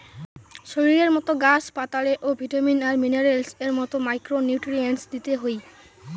শরীরের মতো গাছ পাতারে ও ভিটামিন আর মিনারেলস এর মতো মাইক্রো নিউট্রিয়েন্টস দিতে হই